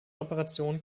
operationen